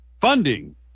funding